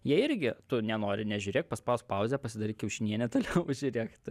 jie irgi tu nenori nežiūrėk paspausk pauzę pasidaryk kiaušinienę toliau žiūrėk tai